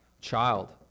child